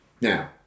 Now